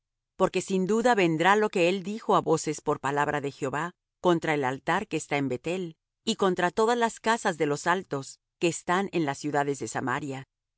porque sin duda vendrá lo que él dijo á voces por palabra de jehová contra el altar que está en beth-el y contra todas las casas de los altos que están en las ciudades de samaria